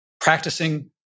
practicing